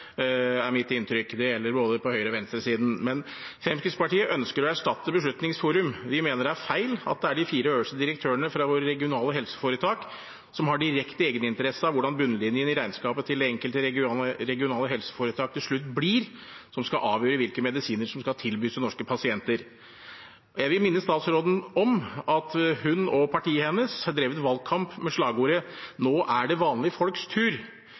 er mitt inntrykk. Det gjelder både høyre- og venstresiden. Fremskrittspartiet ønsker å erstatte Beslutningsforum. Vi mener det er feil at det er de fire øverste direktørene fra våre regionale helseforetak, som har direkte egeninteresse av hvordan bunnlinjen i regnskapet til det enkelte regionale helseforetak til slutt blir, som skal avgjøre hvilke medisiner som skal tilbys norske pasienter. Jeg vil minne statsråden om at hun og partiet hennes har drevet valgkamp med slagordet «nå er det vanlige folks tur».